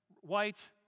white